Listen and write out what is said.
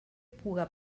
puga